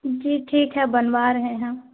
جی ٹھیک ہے بنوا رہے ہیں ہم